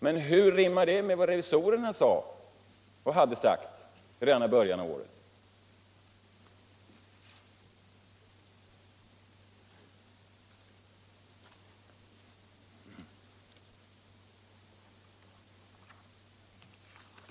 Men hur rimmar det med vad revisorerna sade och hade sagt redan i början av året?